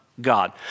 God